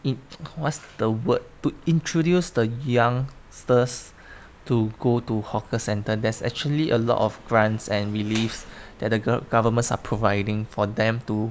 what's the word to introduce the youngsters to go to hawker centre there's actually a lot of grants and reliefs that the gov~ governments are providing for them to